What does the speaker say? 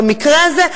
במקרה הזה,